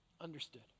understood